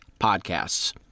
podcasts